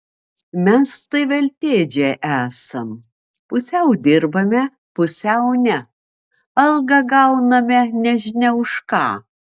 mes tai veltėdžiai esam pusiau dirbame pusiau ne algą gauname nežinia už ką